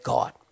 God